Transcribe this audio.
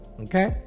Okay